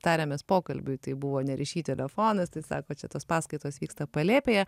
tarėmės pokalbiui tai buvo ne ryšy telefonas tai sakot čia tos paskaitos vyksta palėpėje